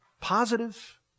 positive